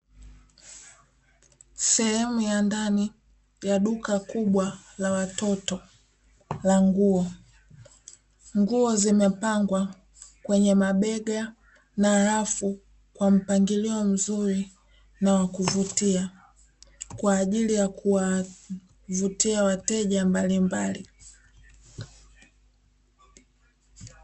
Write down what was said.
Sehemu ya ndani ya duka kubwa la watoto la nguo. Nguo zimepangwa kwenye mabega na rafu kwa mpangilio mzuri na wa kuvutia, kwa ajili ya kuwavutia wateja mbalimbali.